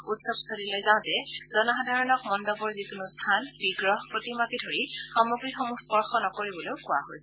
উৎসৱস্থলীলৈ যাওতে জনসাধাৰণক মণ্ডপৰ যিকোনো স্থান বিগ্ৰহ প্ৰতিমাকে ধৰি সামগ্ৰীসমূহ স্পৰ্শ নকৰিবলৈও কোৱা হৈছে